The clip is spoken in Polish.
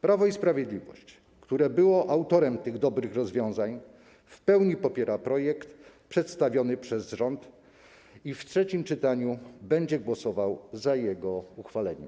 Prawo i Sprawiedliwość, które było autorem tych dobrych rozwiązań, w pełni popiera projekt przedstawiony przez rząd i w trzecim czytaniu będzie głosował za jego uchwaleniem.